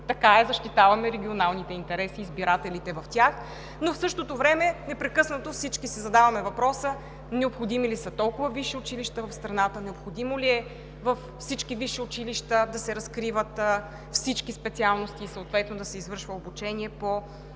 Така е, защитаваме регионалните интереси, избирателите в тях, но в същото време непрекъснато всички си задаваме въпроса: необходими ли са толкова висши училища в страната, необходимо ли е във всички висши училища да се разкриват всички специалности, съответно да се извършва обучение по